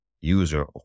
user